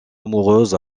amoureuse